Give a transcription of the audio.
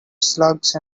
slugs